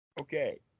Okay